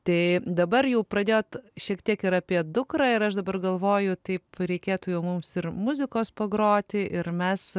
tai dabar jau pradėjot šiek tiek ir apie dukrą ir aš dabar galvoju taip reikėtų jau mums ir muzikos pagroti ir mes